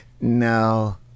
No